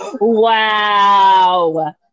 Wow